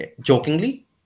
jokingly